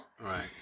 right